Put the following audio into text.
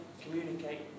communicate